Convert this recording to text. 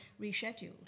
rescheduled